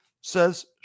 says